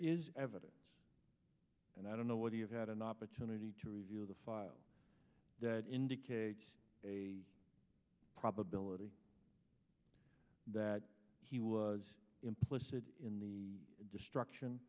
is evidence and i don't know what do you had an opportunity to review the files that indicate a probability that he was implicit in the destruction